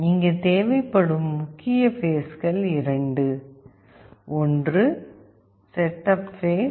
இங்கே தேவைப்படும் முக்கிய பேஸ்கள் இரண்டு ஒன்று செட்டப் பேஸ்